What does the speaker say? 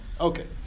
Okay